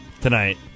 tonight